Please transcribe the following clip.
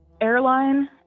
airline